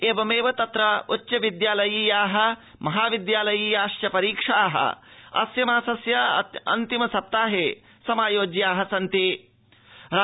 एवमेव तत्र उच्चविद्यालयीया महाविद्यालयीयाश्व परीक्षा अस्य मासस्य अन्मिसप्ताहे समायोजयिष्यन्ते